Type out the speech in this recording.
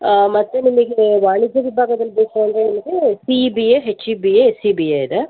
ಹಾಂ ಮತ್ತು ನಿಮಗೆ ವಾಣಿಜ್ಯ ವಿಭಾಗದಲ್ಲಿ ಬೇಕು ಅಂತ ಹೇಳಿದರೆ C E B A H E B A S E B A ಇದೆ